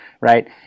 right